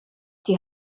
die